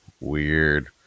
weird